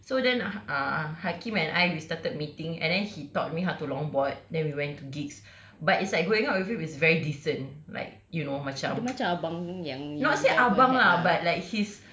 so then ah hakim and I we started meeting and then he taught me how to longboard then we went to gigs but it's like going out with him is very decent like you know macam not say abang lah but he's